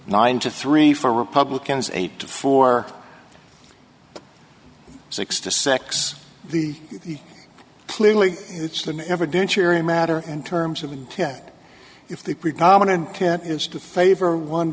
nine to three for republicans eight to four six to six the clearly it's than ever dench area matter in terms of and yet if the predominant can't is to favor one